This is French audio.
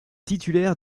titulaire